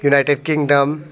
United Kingdom